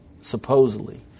supposedly